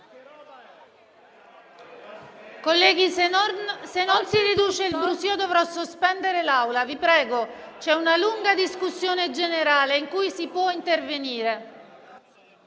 Colleghi, se non si riduce il brusio dovrò sospendere la seduta. Vi prego, c'è una lunga discussione generale in cui si può intervenire.